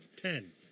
ten